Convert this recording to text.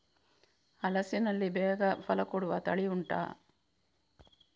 ಹಲಸಿನಲ್ಲಿ ಬೇಗ ಫಲ ಕೊಡುವ ತಳಿ ಉಂಟಾ